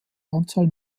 anzahl